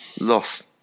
Loss